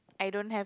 I don't have